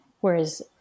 Whereas